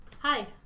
Hi